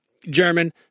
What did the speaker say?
German